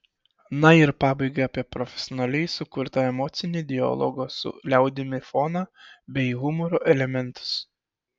na ir pabaigai apie profesionaliai sukurtą emocinį dialogo su liaudimi foną bei humoro elementus